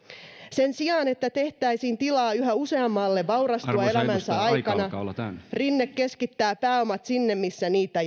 sen sijaan että tehtäisiin tilaa yhä useammalle vaurastua elämänsä aikana rinne keskittää pääomat sinne missä niitä